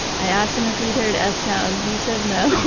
i asked him if he'd heard ah s-town, he said no.